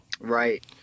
Right